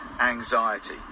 anxiety